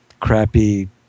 crappy